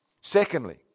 Secondly